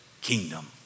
kingdom